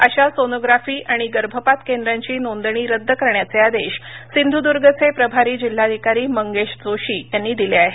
अशा सोनोग्राफी आणि गर्भपात केंद्रांची नोंदणी रद्द करण्याचे आदेश सिंधुद्र्गचे प्रभारी जिल्हाधिकारी मंगेश जोशी यांनी दिले आहेत